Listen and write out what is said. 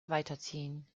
weiterziehen